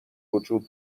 وجود